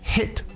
Hit